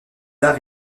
arts